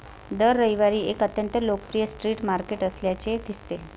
दर रविवारी एक अत्यंत लोकप्रिय स्ट्रीट मार्केट असल्याचे दिसते